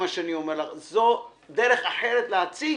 מה שאני אומר לך זו דרך אחרת להציג